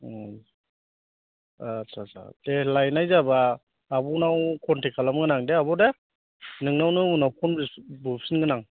औ आट्चा आट्चा दे लायनाय जाबा आब'नाव कन्टेक्ट खालामगोन आं दे आब' दे नोंनावनो उनाव फ'न बुफिनगोन आं